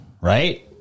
right